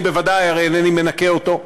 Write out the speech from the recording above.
אני, בוודאי, הרי אינני מנקה אותו,